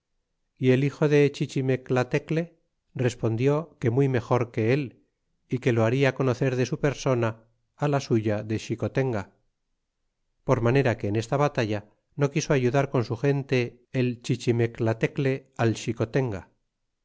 y el hijo de chichimeclatecle respondió que muy mejor que él y se lo haria conocer de su persona á la suya de xicotenga por manera que en esta batalla no quiso ayudar con su gente el chichirneclatecle